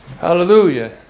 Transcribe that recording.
Hallelujah